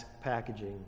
packaging